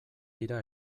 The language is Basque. dira